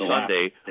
Sunday